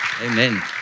Amen